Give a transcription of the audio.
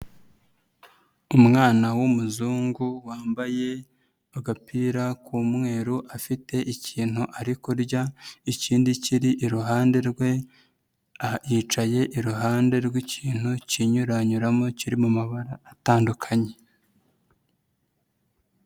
Umwana w'umuzungu wambaye agapira k'umweru afite ikintu ari kurya ikindi kiri iruhande rwe, yicaye iruhande rw'ikintu kinyuranyuramo kiri mu mabara atandukanye.